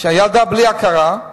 בלי הכרה,